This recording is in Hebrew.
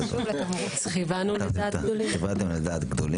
כ"ו בתמוז התשפ"ד (1 באוגוסט 2024),